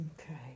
Okay